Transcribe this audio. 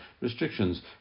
restrictions